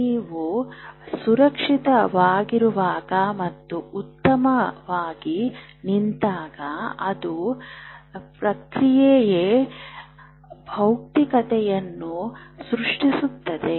ನೀವು ಸುರಕ್ಷಿತವಾಗಿರುವಾಗ ಮತ್ತು ಉತ್ತಮವಾಗಿ ನಿಂತಾಗ ಅದು ಪ್ರಕ್ರಿಯೆಯ ಭೌತಿಕತೆಯನ್ನು ಸೃಷ್ಟಿಸುತ್ತದೆ